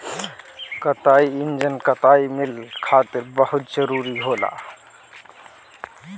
कताई इंजन कताई मिल खातिर बहुत जरूरी होला